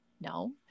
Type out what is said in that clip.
No